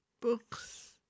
books